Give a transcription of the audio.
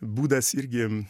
būdas irgi